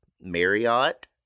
Marriott